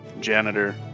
janitor